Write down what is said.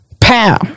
pow